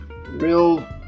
real